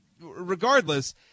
regardless